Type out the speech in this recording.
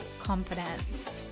confidence